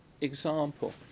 example